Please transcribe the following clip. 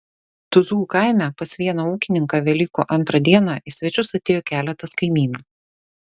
tuzų kaime pas vieną ūkininką velykų antrą dieną į svečius atėjo keletas kaimynų